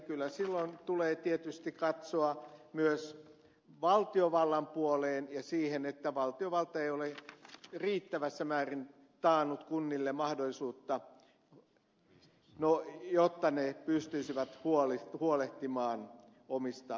kyllä silloin tulee tietysti katsoa myös valtiovallan puoleen ja siihen että valtiovalta ei ole riittävässä määrin taannut kunnille mahdollisuutta jotta ne pystyisivät huolehtimaan omista velvoitteistaan